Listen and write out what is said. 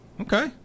okay